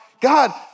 God